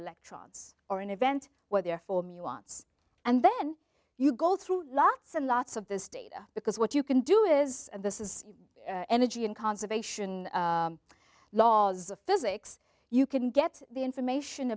electrons or an event where they are for me once and then you go through lots and lots of this data because what you can do is this is energy and conservation laws of physics you can get the information